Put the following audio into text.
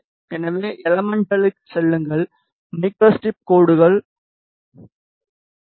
எனவே ஏலமென்ட்களுக்கு செல்லுங்கள் மைக்ரோஸ்டிரிப் கோடுகள் எம்